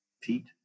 Pete